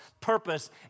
purpose